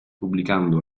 pubblicando